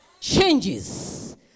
changes